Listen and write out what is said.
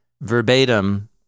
verbatim